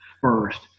first